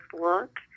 look